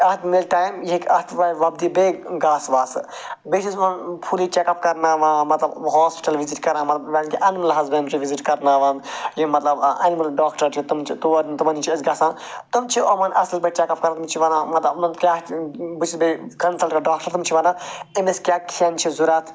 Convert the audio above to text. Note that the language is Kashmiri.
اَتھ مِلہِ ٹایم یہِ ہیٚکہِ اَتھ وۄپدِ بیٚیہِ گاسہٕ واسہٕ بیٚیہِ چھُس یِمَن فُلی چَک اَپ کرناوان مَطلَب ہاسپِٹَل وِزِٹ کران اَنمٕل ہَزبنٛڈرٛی وِزِٹ کرناوان یِم مَطلَب اَنمٕل ڈاکٹر چھِ تِم چھِ تِمَن نِش چھِ أسۍ گَژھان تِم چھِ یِمَن اصٕل پٲٹھۍ چَک اَپ کران تِم چھِ ونان بہٕ چھُس بیٚیہِ کَنسَلٹ ڈاکٹَر تِم چھِ ونان أمِس کیٛاہ کھٮ۪ن چھِ ضوٚرتھ